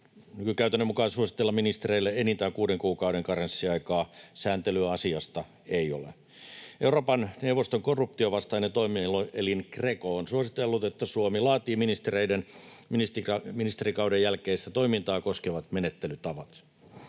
nykykäytännön mukaan suositella ministereille enintään kuuden kuukauden karenssiaikaa. Sääntelyä asiasta ei ole. Euroopan neuvoston korruption vastainen toimielin Greco on suositellut, että Suomi laatii ministereiden ministerikauden jälkeistä toimintaa koskevat menettelytavat.